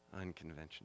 unconventional